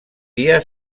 dia